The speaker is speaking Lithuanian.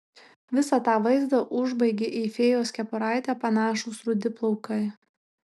visą tą vaizdą užbaigė į fėjos kepuraitę panašūs rudi plaukai